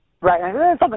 Right